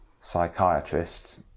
psychiatrist